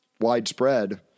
widespread